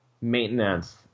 maintenance